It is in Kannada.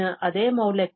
x ನ ಅದೇ ಮೌಲ್ಯಕ್ಕೆ